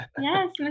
Yes